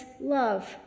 love